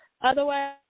Otherwise